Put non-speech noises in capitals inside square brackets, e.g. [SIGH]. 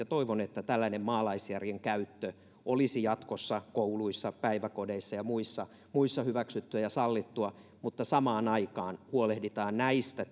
[UNINTELLIGIBLE] toivon että tällainen maalaisjärjen käyttö olisi jatkossa kouluissa päiväkodeissa ja muissa muissa hyväksyttyä ja sallittua mutta että samaan aikaan huolehditaan näistä [UNINTELLIGIBLE]